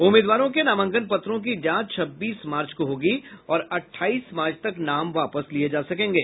उम्मीदवारों के नामांकन पत्रों की जांच छब्बीस मार्च को होगी और अठाईस मार्च तक नाम वापस लिये जा सकेंगे